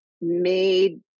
made